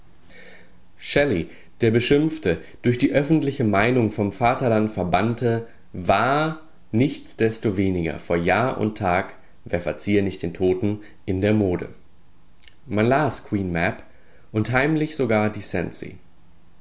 shelley der beschimpfte durch die öffentliche meinung vom vaterland verbannte war nichtsdestoweniger vor jahr und tag wer verziehe nicht den toten in der mode man las queen mab und heimlich sogar die cenci